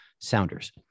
Sounders